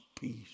peace